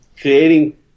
creating